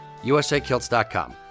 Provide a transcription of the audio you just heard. USAKilts.com